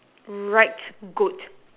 right goat